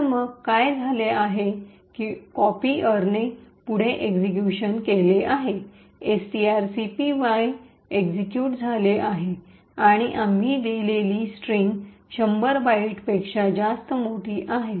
तर मग काय झाले आहे की कॉपीअरने पुढे एक्सिक्यूशन केले आहे एसटीआरसीपीवाय एक्सिक्यूट झाले आहे आणि आम्ही दिलेली स्ट्रिंग 100 बाइटपेक्षा जास्त मोठी आहे